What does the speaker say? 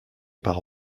par